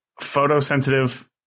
photosensitive